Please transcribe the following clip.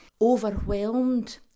overwhelmed